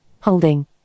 holding